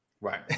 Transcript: Right